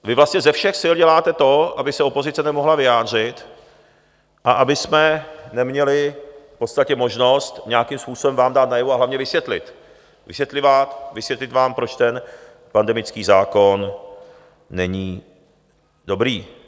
Vy vlastně ze všech sil děláte to, aby se opozice nemohla vyjádřit a abychom neměli v podstatě možnost nějakým způsobem vám dát najevo a hlavně vysvětlit, vysvětlovat, vysvětlit vám, proč ten pandemický zákon není dobrý.